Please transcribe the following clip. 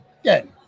again